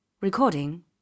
Recording